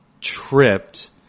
tripped